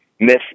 miss